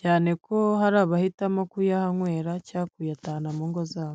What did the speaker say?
cyane ko hari abahitamo kuyahanywera cyangw kuyatana mu ngo zabo.